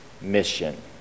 mission